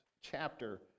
chapter